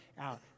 out